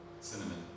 Cinnamon